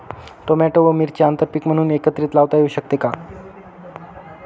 Tomato व मिरची आंतरपीक म्हणून एकत्रित लावता येऊ शकते का?